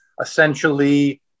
essentially